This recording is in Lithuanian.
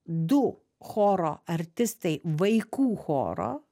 du choro artistai vaikų choro